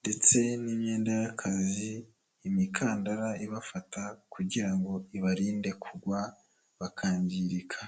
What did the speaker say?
ndetse n'imyenda y'akazi' imikandara ibafata kugira ngo ibarinde kugwa bakangirika.